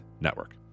network